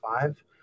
five